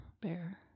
bear